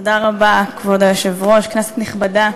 כבוד היושב-ראש, תודה רבה, כנסת נכבדה,